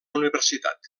universitat